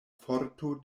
forto